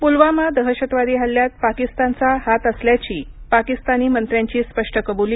पुलवामा दहशतवादी हल्ल्यात पाकिस्तानचा हात असल्याची पाकिस्तानी मंत्र्यांची रुपष्ट कब्ली